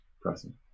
present